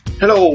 hello